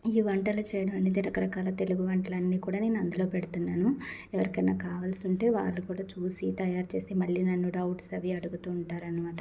ఈ వంటలు చేయడం అనేది రకరకాల తెలుగు వంటలన్నీ కూడా నేను అందులో పెడుతున్నాను ఎవరికైనా కావాల్సి ఉంటే వాళ్ళు కూడా చూసి తయారు చేసే మళ్ళి డౌట్స్ అవి అడుగుతూ ఉంటారనమాట